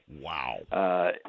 Wow